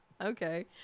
Okay